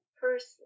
person